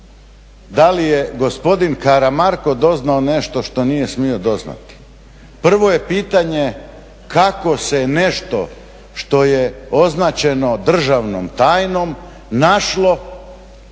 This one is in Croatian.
da li je gospodin Karamarko doznao nešto što nije smio doznati. Prvo je pitanje kako se nešto što je označeno državnom tajnom našlo